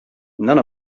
none